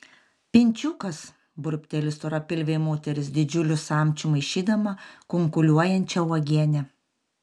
pinčiukas burbteli storapilvė moteris didžiuliu samčiu maišydama kunkuliuojančią uogienę